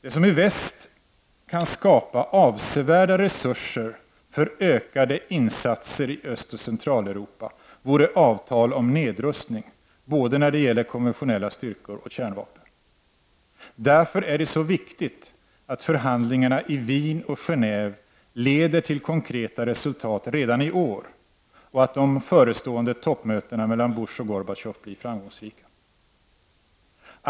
Det som i väst kan skapa avsevärda resurser för ökade insatser i Östoch Centraleuropa vore avtal om nedrustning när det gäller både konventionella styrkor och kärnvapen. Därför är det så viktigt att förhandlingarna i Wien och Genéve leder till konkreta resultat redan i år och att de förestående toppmötena mellan Bush och Gorbatjov blir framgångsrika.